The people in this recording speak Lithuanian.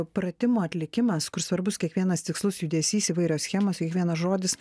pratimo atlikimas kur svarbus kiekvienas tikslus judesys įvairios schemos kiekvienas žodis